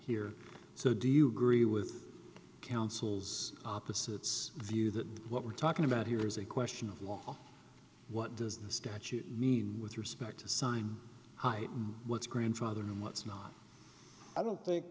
here so do you agree with counsel's opposites view that what we're talking about here is a question of law what does the statute mean with respect to sign heighten what's grandfather and what's not i don't think